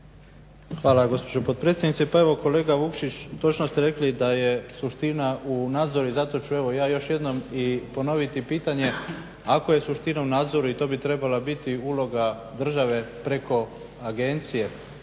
Hvala gospođo potpredsjednice. Pa evo kolega Vukšić točno ste rekli da je suština u nadzoru i zato ću ja evo još jednom i ponoviti pitanje ako je suština u nadzoru i to bi trebala biti uloga države preko agencije,